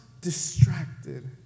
Distracted